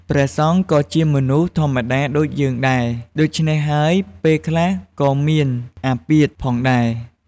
ព្រះសង្ឃក៏ជាមនុស្សធម្មតាដូចយើងដែរ ដូច្នេះហើយពេលខ្លះក៏មានអាពាធ ផងដែរ។